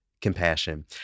compassion